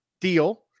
deal